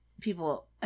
people